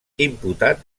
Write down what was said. imputat